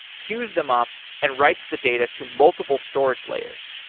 queues them up and writes the data to multiple storage layers,